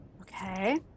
Okay